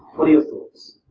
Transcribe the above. what are your thoughts?